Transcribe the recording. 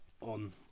on